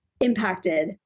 impacted